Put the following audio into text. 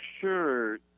sure